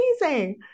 amazing